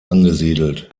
angesiedelt